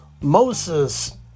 Moses